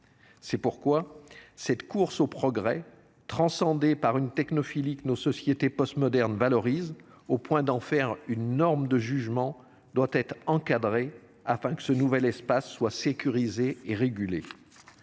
C’est pourquoi cette course au progrès, transcendée par une technophilie que nos sociétés postmodernes valorisent, au point d’en faire une norme de jugement, doit être encadrée afin que ce nouvel espace soit sécurisé et régulé.